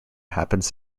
happens